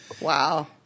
Wow